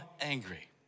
angry